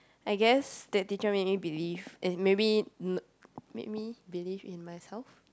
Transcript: I guess that teacher made me believe and maybe no made me believe in myself